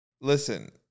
Listen